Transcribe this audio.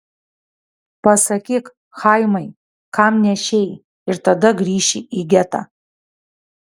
pasakyk chaimai kam nešei ir tada grįši į getą